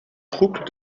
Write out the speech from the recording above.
troupes